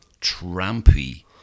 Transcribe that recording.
trampy